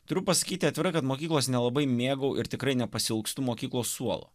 turiu pasakyti atvirai kad mokyklos nelabai mėgau ir tikrai nepasiilgstu mokyklos suolo